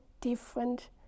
different